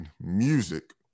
music